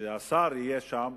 שהשר יהיה שם,